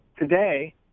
today